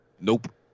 Nope